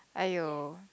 !aiyo!